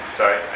sorry